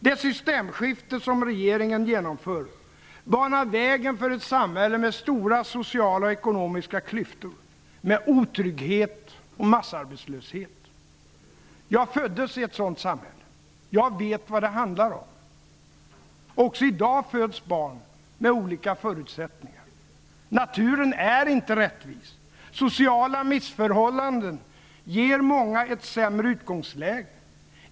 Det systemskifte som regeringen genomför banar vägen för ett samhälle med stora sociala och ekonomiska klyftor och med otrygghet samt massarbetslöshet. Jag föddes i ett sådant samhälle. Jag vet vad det handlar om. Också i dag föds barn med olika förutsättningar. Naturen är inte rättvis. Sociala missförhållanden ger många ett sämre utgångsläge.